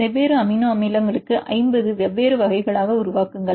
வெவ்வேறு அமினோ அமிலங்களுக்கு ஐம்பது வெவ்வேறு வகைகளாக உருவாக்குங்கள்